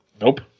nope